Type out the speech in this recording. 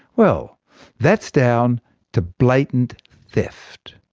well that's down to blatant theft.